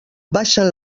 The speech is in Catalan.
baixen